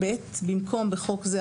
(ב)במקום "(בחוק זה,